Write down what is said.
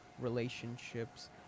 relationships